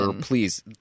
please